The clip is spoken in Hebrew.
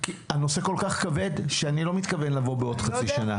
הנושא כל כך כבד שאני לא מתכוון לבוא בעוד חצי שנה.